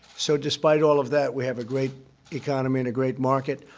so despite all of that, we have a great economy and a great market.